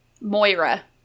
Moira